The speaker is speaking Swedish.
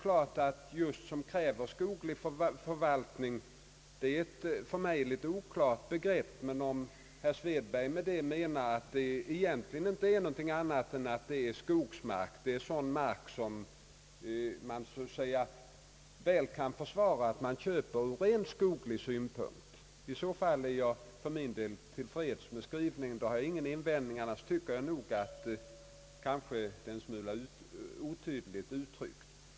Uttrycket »som kräver skoglig förvaltning» är ett för mig litet oklart begrepp, men om herr Lage Svedberg menar att det egentligen inte är någonting annat än sådan skogsmark som man väl kan försvara att man köper ur rent skoglig synpunkt, är jag till freds med skrivningen. Då har jag ingen invändning, men annars tycker jag nog att det är en smula oklart uttryckt.